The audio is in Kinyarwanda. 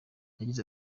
yagize